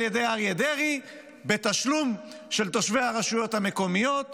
ידי אריה דרעי בתשלום של תושבי הרשויות המקומיות,